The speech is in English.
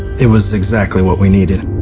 it was exactly what we needed.